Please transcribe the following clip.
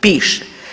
Piše.